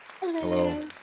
Hello